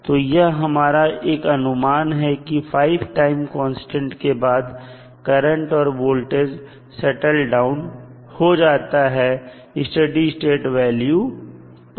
तो यह हमारा एक अनुमान है कि 5 टाइम कांस्टेंट के बाद करंट और वोल्टेज सेटल डाउन हो जाता है स्टडी स्टेट वैल्यू पर